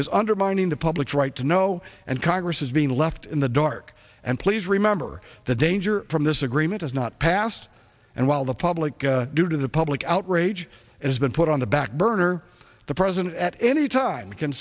is undermining the public's right to know and congress is being left in the dark and please remember the danger from this agreement has not passed and while the public due to the public outrage as been put on the back burner or the president at any time can